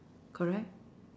correct